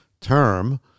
term